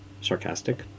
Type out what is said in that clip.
sarcastic